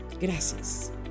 Gracias